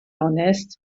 onest